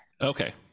Okay